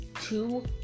Two